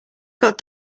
got